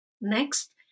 Next